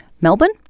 Melbourne